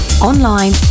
Online